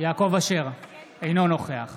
יעקב אשר, אינו נוכח